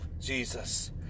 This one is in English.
Jesus